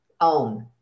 own